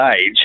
Age